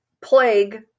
plague